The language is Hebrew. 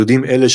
יהודים אלה,